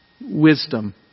wisdom